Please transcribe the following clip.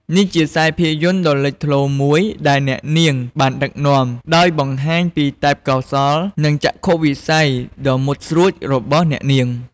នេះគឺជាខ្សែភាពយន្តដ៏លេចធ្លោមួយដែលអ្នកនាងបានដឹកនាំ ដោយបង្ហាញពីទេពកោសល្យ និងចក្ខុវិស័យដ៏មុតស្រួចរបស់អ្នកនាង។